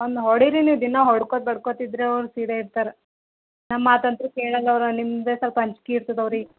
ಅವನ್ನ ಹೊಡಿಲಿಲಿದ್ದ ದಿನ ಹೋಡ್ಕೋತ ಬಡ್ಕೋತ ಇದ್ರೆ ಅವ್ರು ಸೀದ ಇರ್ತರೆ ನಮ್ಮ ಮಾತು ಅಂತು ಕೇಳೋಲ್ಲ ಅವ್ರು ನಿಮ್ಮದೆ ಸ್ವಲ್ಪ ಅಂಜಿಕೆ ಇರ್ತದೆ ಅವ್ರಿಗೆ